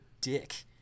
dick